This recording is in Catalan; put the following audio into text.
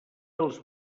els